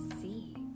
see